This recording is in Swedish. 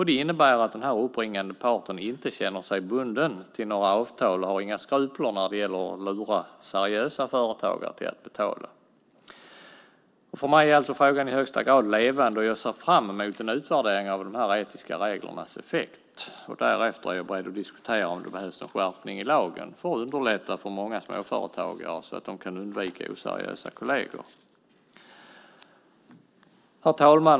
Det innebär att den uppringande parten inte känner sig bunden till några avtal och inte har några skrupler när det gäller att lura seriösa företagare att betala. För mig är frågan i högsta grad levande, och jag ser fram emot en utvärdering av de etiska reglernas effekt. Därefter är jag beredd att diskutera om det behövs en skärpning i lagen för att underlätta för många småföretagare så att de kan undvika oseriösa kolleger. Herr talman!